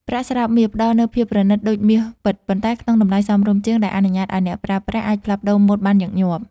ប្រាក់ស្រោបមាស ផ្ដល់នូវភាពប្រណិតដូចមាសពិត ប៉ុន្តែក្នុងតម្លៃសមរម្យជាង ដែលអនុញ្ញាតឲ្យអ្នកប្រើប្រាស់អាចផ្លាស់ប្តូរម៉ូដបានញឹកញាប់។